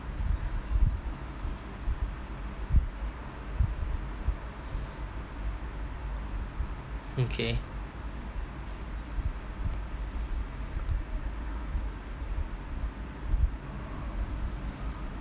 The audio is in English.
okay